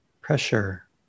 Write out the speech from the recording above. pressure